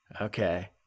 Okay